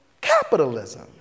capitalism